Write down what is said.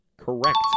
Correct